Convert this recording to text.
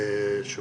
שהוא